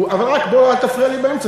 אבל רק אל תפריע לי באמצע,